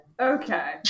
Okay